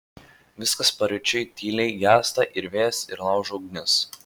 viskas paryčiui tyliai gęsta ir vėjas ir laužo ugnis